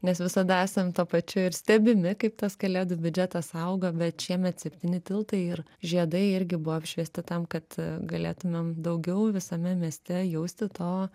nes visada esam tuo pačiu ir stebimi kaip tas kalėdų biudžetas auga bet šiemet septyni tiltai ir žiedai irgi buvo apšviesti tam kad galėtumėm daugiau visame mieste jausti to